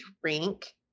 drink